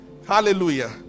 hallelujah